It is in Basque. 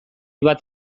bat